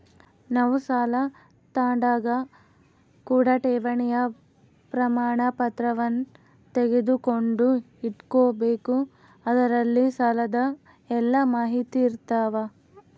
ನಾವು ಸಾಲ ತಾಂಡಾಗ ಕೂಡ ಠೇವಣಿಯ ಪ್ರಮಾಣಪತ್ರವನ್ನ ತೆಗೆದುಕೊಂಡು ಇಟ್ಟುಕೊಬೆಕು ಅದರಲ್ಲಿ ಸಾಲದ ಎಲ್ಲ ಮಾಹಿತಿಯಿರ್ತವ